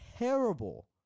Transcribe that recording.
Terrible